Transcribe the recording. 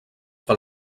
pel